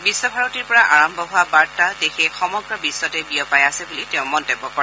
বিশ্বভাৰতীৰ পৰা আৰম্ভ হোৱা বাৰ্তা দেশে সমগ্ৰ বিশ্বতে বিয়পাই আছে বুলি তেওঁ মন্তব্য কৰে